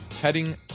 heading